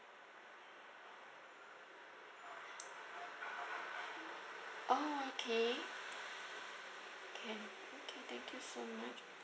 orh okay can okay thank you so much